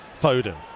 Foden